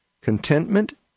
Contentment